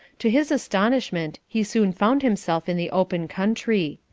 to his astonishment he soon found himself in the open country.